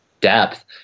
depth